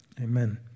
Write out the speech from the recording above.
Amen